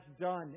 done